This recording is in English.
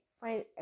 find